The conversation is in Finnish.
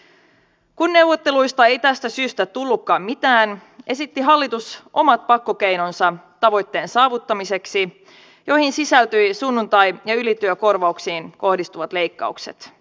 kun neuvotteluista ei tästä syystä tullutkaan mitään esitti hallitus tavoitteen saavuttamiseksi omat pakkokeinonsa joihin sisältyivät sunnuntai ja ylityökorvauksiin kohdistuvat leikkaukset